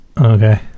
Okay